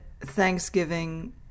Thanksgiving